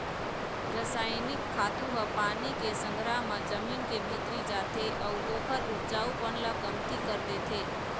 रसइनिक खातू ह पानी के संघरा म जमीन के भीतरी जाथे अउ ओखर उपजऊपन ल कमती कर देथे